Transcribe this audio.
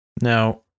Now